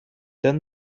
done